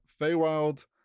Feywild